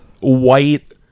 white